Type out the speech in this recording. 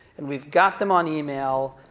and we've got them on email,